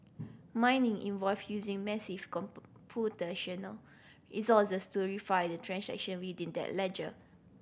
mining involve using massive resources to the transaction within that ledger